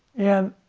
and